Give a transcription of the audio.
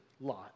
Lot